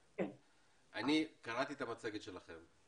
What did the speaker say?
קראתי את המצגת שלכם,